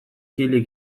kili